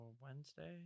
Wednesday